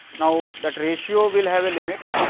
now that ratio will have a limit,